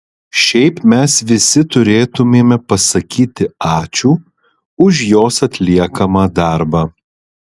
šiaip mes visi turėtumėme pasakyti ačiū už jos atliekamą darbą